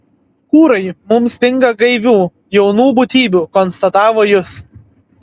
kūrai mums stinga gaivių jaunų būtybių konstatavo jis